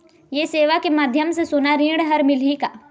ये सेवा के माध्यम से सोना ऋण हर मिलही का?